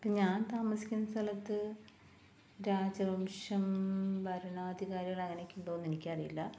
ഞാന് താമസിക്കുന്ന സ്ഥലത്ത് രാജവംശം ഭരണാധികാരികള് അങ്ങനെയൊക്കെ ഉണ്ടോന്ന് എനിക്കറിയില്ല